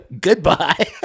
Goodbye